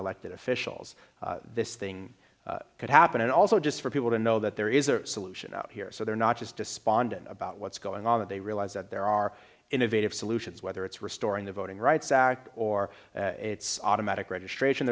elected officials this thing could happen and also just for people to know that there is a solution out here so they're not just despondent about what's going on that they realize that there are innovative solutions whether it's restoring the voting rights act or it's automatic registration